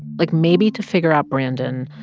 like, maybe to figure out brandon,